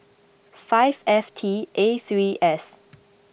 five F T A three S